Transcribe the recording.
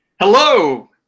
Hello